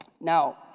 Now